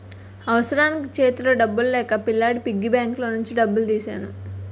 అవసరానికి సేతిలో డబ్బులు లేక పిల్లాడి పిగ్గీ బ్యాంకులోని డబ్బులు తీసెను